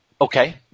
Okay